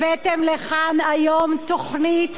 הבאתם לכאן היום תוכנית,